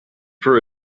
for